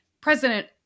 president